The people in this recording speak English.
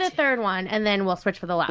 ah third one, and then we'll switch for the last